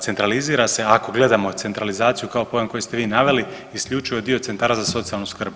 Centralizira se ako gledamo centralizaciju kao pojam koji ste vi naveli isključivo je dio centara za socijalnu skrb.